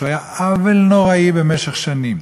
שהיה עוול נוראי במשך שנים,